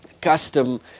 custom